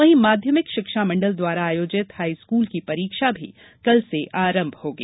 वहीं माध्यमिक शिक्षा मंडल द्वारा आयोजित हाईस्कूल की परीक्षा भी कल से आरंभ होगी